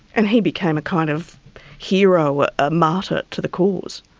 and he became a kind of hero, ah a martyr to the cause.